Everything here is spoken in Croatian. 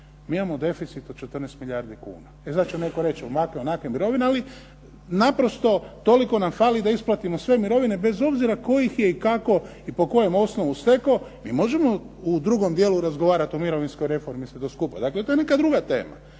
mi imamo deficit od 14 milijardi kuna. I sad će neko reći ovakve, onakve mirovine. Ali naprosto toliko nam fali da isplatimo sve mirovine bez obzira tko ih je i kako i po kojem osnovu stekao. Mi možemo u drugom dijelu razgovarati o mirovinskoj reformi i sve to skupa. Dakle, to je neka druga tema.